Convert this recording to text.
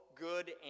good